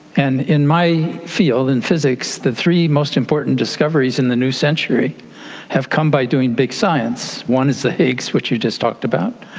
and in my field, in physics, the three most important discoveries in the new century have come by doing big science. one is the higgs, which you just talked about,